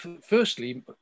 firstly